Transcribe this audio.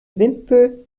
windböe